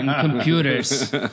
computers